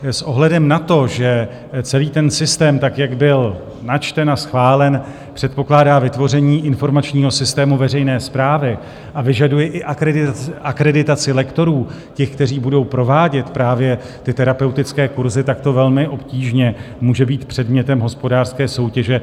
S ohledem na to, že celý ten systém tak, jak byl načten a schválen, předpokládá vytvoření informačního systému veřejné správy a vyžaduje i akreditaci lektorů, těch, kteří budou provádět právě ty terapeutické kurzy, tak to velmi obtížně může být předmětem hospodářské soutěže.